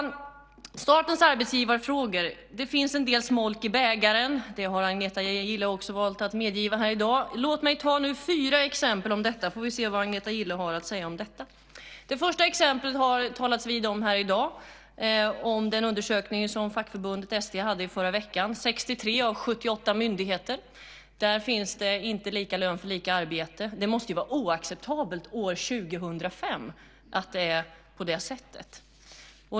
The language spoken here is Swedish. När det gäller statens arbetsgivarfrågor finns det en del smolk i bägaren. Det har Agneta Gille också valt att medge här i dag. Låt mig nu ta fyra exempel om detta så får vi se vad hon har att säga om det. Det första exemplet har det talats om här i dag, och det är den undersökning som fackförbundet ST redovisade förra veckan. På 63 av 78 myndigheter finns det inte lika lön för lika arbete. Att det är på det sättet måste vara oacceptabelt år 2005.